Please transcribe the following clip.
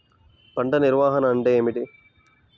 పంట నిర్వాహణ అంటే ఏమిటి?